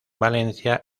valencia